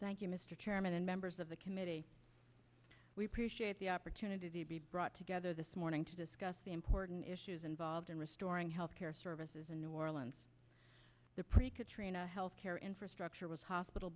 thank you mr chairman and members of the committee we appreciate the opportunity to be brought together this morning to discuss the important issues involved in restoring health care services in new orleans the precut health care infrastructure was hospital